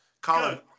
Colin